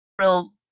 real